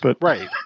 Right